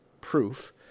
proof